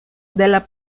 della